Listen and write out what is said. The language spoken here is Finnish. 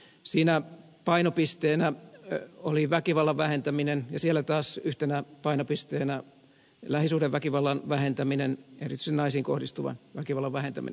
siinä painopisteenä oli väkivallan vähentäminen ja siellä taas yhtenä painopisteenä lähisuhdeväkivallan vähentäminen erityisesti naisiin kohdistuvan väkivallan vähentäminen